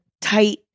tight